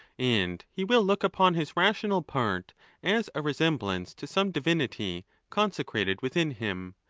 and he will look upon his rational part as a resemblance to some divinity consecrated within him,